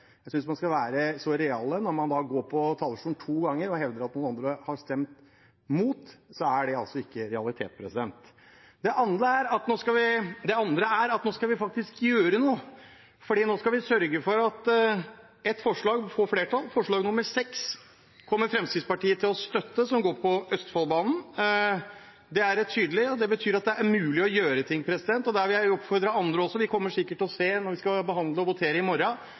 Jeg synes man skal være real når man går på talerstolen to ganger og hevder at noen andre har stemt imot. Det er altså ikke realiteten. Det andre er at vi faktisk skal gjøre noe nå. Nå skal vi sørge for at et forslag får flertall. Forslag nr. 6, som går på Østfoldbanen, kommer Fremskrittspartiet til å støtte. Det er tydelig, og det betyr at det er mulig å gjøre ting. Der vil jeg oppfordre andre også. Når vi skal behandle og votere i morgen,